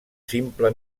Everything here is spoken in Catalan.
simple